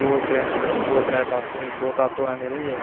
दो त्रै दो त्रै तात्तो दो तात्तो न मेरे